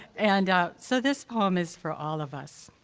and so, this poem is for all of us.